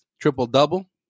triple-double